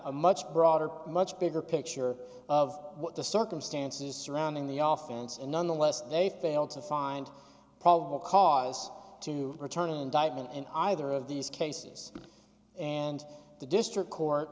a much broader much bigger picture of what the circumstances surrounding the off chance and nonetheless they fail to find probable cause to return an indictment in either of these cases and the district court